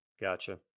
Gotcha